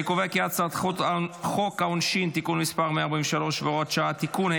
אני קובע כי הצעת חוק העונשין (תיקון מס' 143 והוראת שעה) (תיקון),